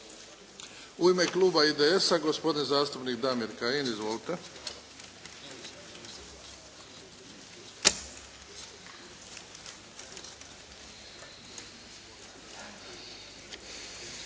U ime kluba IDS-a gospodin zastupnik Damir Kajin. Izvolite.